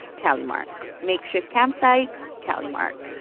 tally mark. makeshift campsite tally mark.